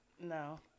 No